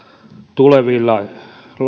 tuleville